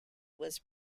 was